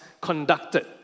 conducted